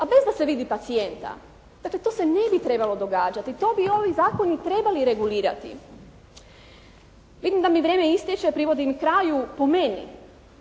a bez da se vidi pacijenta. Dakle, to se ne bi trebalo događati, to bi ovi zakoni trebali regulirati. Vidim da mi vrijeme istječe, privodim kraju. Po meni